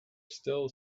still